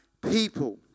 people